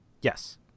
Yes